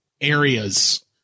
areas